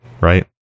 right